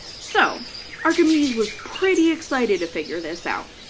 so archimedes was pretty excited to figure this out,